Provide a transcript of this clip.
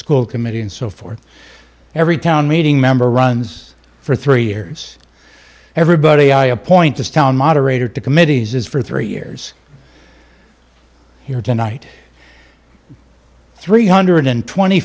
school committee and so forth every town meeting member runs for three years everybody i appoint this town moderator to committees is for three years here tonight three hundred and twenty